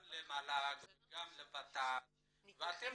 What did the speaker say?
גם המל"ג --- גם המל"ג וגם הות"ת ידברו ואתם